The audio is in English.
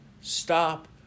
stop